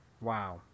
Wow